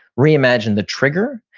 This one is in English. reimagine the trigger,